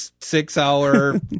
six-hour